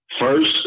first